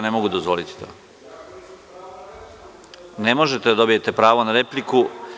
Ne mogu dozvoliti to [[Enis Imamović, s mesta: Koristim pravo na repliku.]] Ne možete da dobijete pravo na repliku.